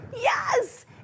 yes